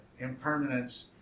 impermanence